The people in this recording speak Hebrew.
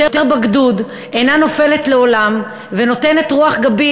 בגדוד אינה נופלת לעולם ונותנת רוח גבית